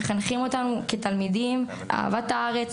הם מחנכים אותנו כתלמידים לאהבת הארץ,